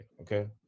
okay